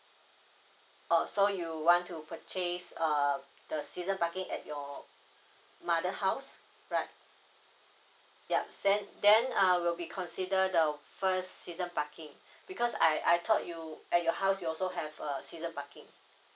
oh so you want to purchase err the season parking at your mother house right yup sent then uh will be consider the first season parking because I I thought you at your house you also have a season parking